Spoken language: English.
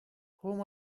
whom